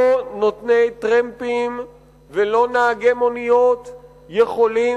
לא נותני טרמפים ולא נהגי מוניות יכולים